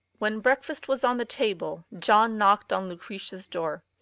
when breakfast was on the table john knocked on lucretia's door.